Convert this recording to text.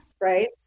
Right